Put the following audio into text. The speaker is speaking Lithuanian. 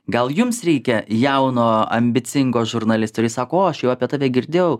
gal jums reikia jauno ambicingo žurnalisto ir jis sako o aš jau apie tave girdėjau